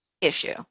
issue